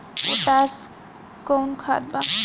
Potash कोउन खाद बा?